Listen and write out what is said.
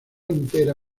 entera